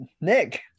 Nick